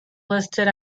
listed